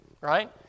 Right